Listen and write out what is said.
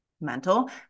mental